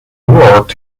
world